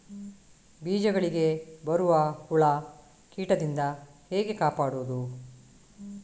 ಬೀಜಗಳಿಗೆ ಬರುವ ಹುಳ, ಕೀಟದಿಂದ ಹೇಗೆ ಕಾಪಾಡುವುದು?